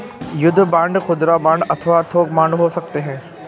युद्ध बांड खुदरा बांड अथवा थोक बांड हो सकते हैं